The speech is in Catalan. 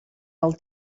del